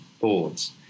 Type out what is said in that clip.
boards